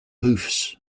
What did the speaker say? hoofs